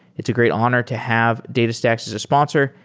it's a great honor to have datastax as a sponsor,